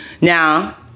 Now